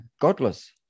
Godless